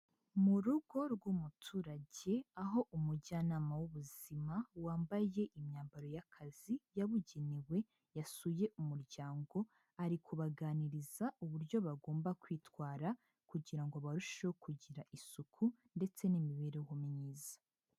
Mu rugo rw'umuturage aho umujyanama w'ubuzima wambaye imyambaro y'akazi yabugenewe, yasuye umuryango ari kubaganiriza uburyo bagomba kwitwara kugira ngo barusheho kugira isuku ndetse n'imibereho myiza.